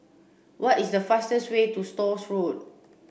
what is the fastest way to Stores Road